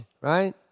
right